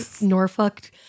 Norfolk